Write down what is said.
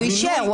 הוא אישר.